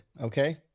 Okay